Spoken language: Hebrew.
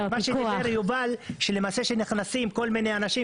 מה שתיאר יובל שלמעשה נכנסים כל מיני אנשים